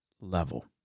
level